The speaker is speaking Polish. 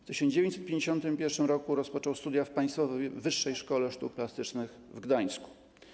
W 1951 r. rozpoczął studia w Państwowej Wyższej Szkole Sztuk Plastycznych w Gdańsku.